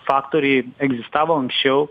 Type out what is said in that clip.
faktoriai egzistavo anksčiau